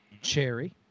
Cherry